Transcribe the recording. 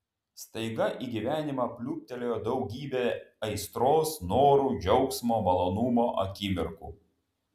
staiga į gyvenimą pliūptelėjo daugybė aistros norų džiaugsmo malonumo akimirkų